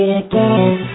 again